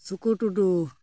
ᱥᱩᱠᱩ ᱴᱩᱰᱩ